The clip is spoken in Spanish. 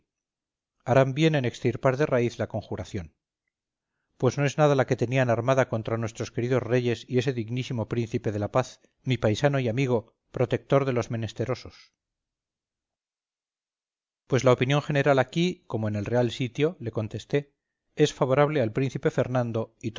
harán bien en extirpar de raíz la conjuración pues no es nada la que tenían armada contra nuestros queridos reyes y ese dignísimo príncipe de la paz mi paisano y amigo protector de los menesterosos pues la opinión general aquí como en el real sitio le contesté es favorable al príncipe fernando